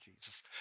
Jesus